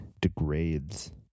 degrades